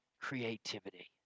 creativity